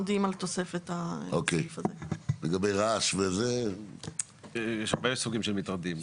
לגבי הרעש --- יש הרבה סוגי מטרדים.